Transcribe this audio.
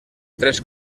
tres